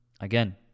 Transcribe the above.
Again